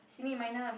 simi minus